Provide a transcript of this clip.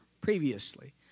previously